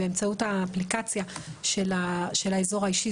באמצעות האפליקציה של האזור האישי,